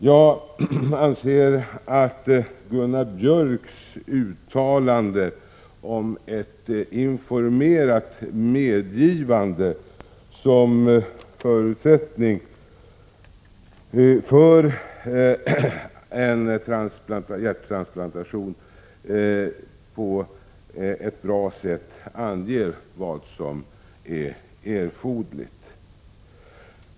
Jag anser att Gunnar Biörcks i Värmdö uttalande om ett informerat medgivande som förutsättning för en hjärttransplantation, på ett bra sätt anger vad som är erforderligt.